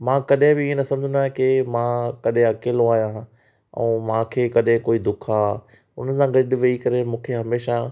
मां कॾहिं बि हीअं न सम्झंदो आहियां की मां कॾहिं अकेलो आहियां ऐं मूंखे कॾहिं कोई दुखु आहे हुननि सां गॾु वेही करे मूंखे हमेशा